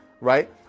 Right